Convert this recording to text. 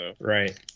right